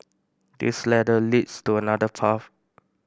this ladder leads to another path